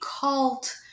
cult